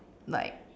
like